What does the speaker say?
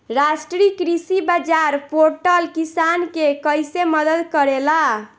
राष्ट्रीय कृषि बाजार पोर्टल किसान के कइसे मदद करेला?